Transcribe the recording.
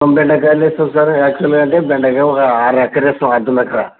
బెండకాయలు వేస్తాం సార్ యాక్చువల్గా అంటే బెండకాయ ఒక ఆర ఎకరం వేస్తాము ఆ దున్నాక